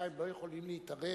שהפוליטיקאים לא יכולים להתערב